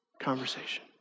conversation